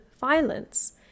violence